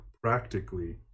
practically